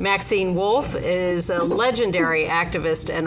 maxine wolf that is a legendary activist and